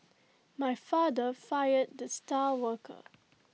my father fired the star worker